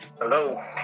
Hello